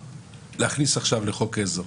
להכניס עכשיו לחוק עזר